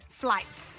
flights